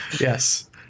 Yes